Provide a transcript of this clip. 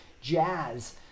jazz